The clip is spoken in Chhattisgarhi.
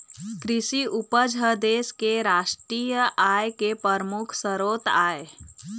कृषि उपज ह देश के रास्टीय आय के परमुख सरोत आय